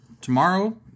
tomorrow